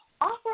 offer